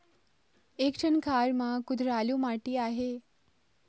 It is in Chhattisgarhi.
एक ठन खार म कुधरालू माटी आहे?